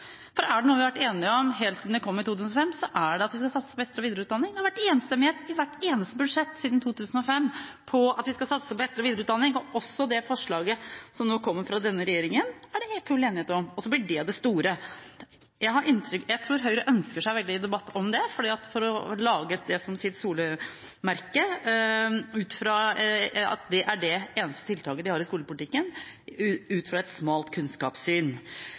konflikttemaet. Er det noe vi har vært enige om helt siden 2005, er det at vi skal satse på etter- og videreutdanning. Det har i hvert eneste budsjett siden 2005 vært enstemmighet om at vi skal satse på etter- og videreutdanning. Også forslaget fra denne regjeringen er det full enighet om – og så blir det det store. Jeg tror Høyre ønsker seg veldig en debatt om dette for å gjøre det til sitt varemerke – på grunn av at dette er det eneste tiltaket de har i skolepolitikken, og på grunn av et smalt kunnskapssyn.